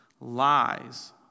Lies